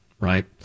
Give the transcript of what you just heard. right